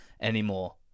anymore